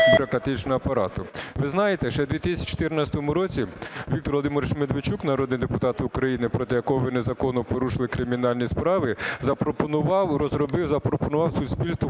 бюрократичного апарату. Ви знаєте, ще в 2014 році Віктор Володимирович Медведчук, народний депутат України, проти якого ви незаконно порушили кримінальні справи, запропонував, розробив і запропонував суспільству